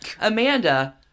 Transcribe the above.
Amanda